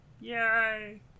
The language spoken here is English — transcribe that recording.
Yay